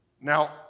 Now